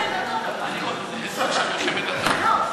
זה סוג של מלחמת דתות.